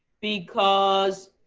because